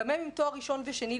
גם הם עם תואר ראשון ושני,